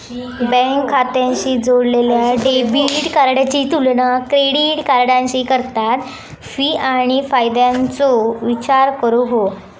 bank खात्याशी जोडलेल्या debit कार्डाची तुलना क्रेडिट कार्डाशी करताना फी आणि फायद्याचो विचार करूक हवो